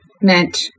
meant